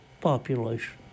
population